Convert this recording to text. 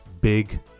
Big